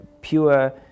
pure